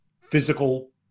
physical